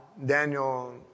Daniel